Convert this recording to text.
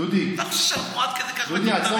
אתה חושב שאנחנו עד כך מטומטמים, מנסור?